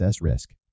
Risk